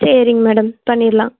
சரிங்க மேடம் பண்ணிடலாம்